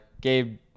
Gabe